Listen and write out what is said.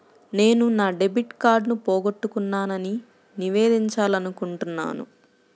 నేను నా డెబిట్ కార్డ్ని పోగొట్టుకున్నాని నివేదించాలనుకుంటున్నాను